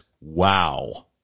wow